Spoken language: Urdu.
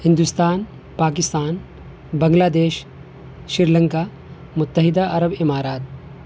ہندوستان پاکستان بنگلہ دیش سری لنکا متحدہ عرب امارات